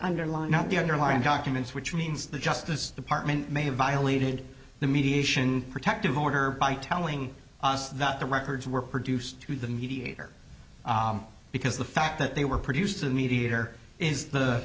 underline not the underlying documents which means the justice department may have violated the mediation protective order by telling us that the records were produced to the mediator because the fact that they were produced the mediator is the